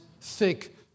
thick